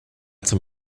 zum